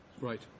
Right